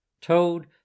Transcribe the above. Toad